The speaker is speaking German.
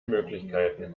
möglichkeiten